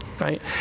Right